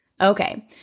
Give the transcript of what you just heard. Okay